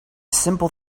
simple